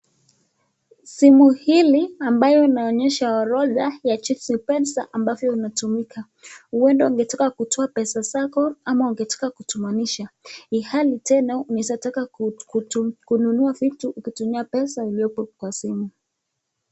Simu hili ambayo inaonyesha orodha ya jinsi pesa ambavyo inatumika, huenda wangetaka kutoa zako, ama ungetaka kutumanisha ilhali tena ungetaka kununua vitu kutumia pesa iliopo kwa simu.